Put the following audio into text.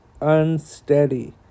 unsteady